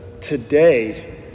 today